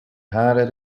haren